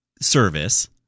service